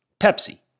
Pepsi